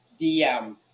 DM